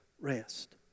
rest